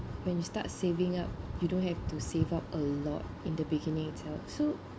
when you start saving up you don't have to save up a lot in the beginning so